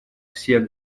всех